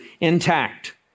intact